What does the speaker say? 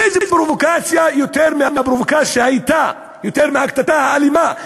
איזו פרובוקציה הייתה יותר מהקטטה האלימה,